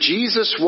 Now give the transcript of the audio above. Jesus